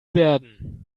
werden